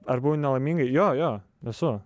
ar buvau nelaimingai jo jo esu